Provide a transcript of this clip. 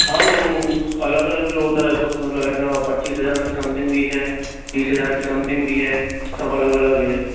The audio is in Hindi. हाँ मैम अलग अलग भी होता है कुछ मतलब ऐसा पचीस हज़ार के समथिंग भी है बीस हज़ार के समथिंग भी है सब अलग अलग है